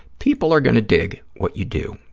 people are going to dig what you do.